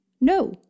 No